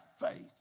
faith